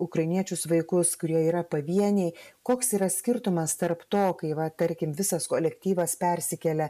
ukrainiečius vaikus kurie yra pavieniai koks yra skirtumas tarp to kai va tarkim visas kolektyvas persikelia